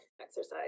exercise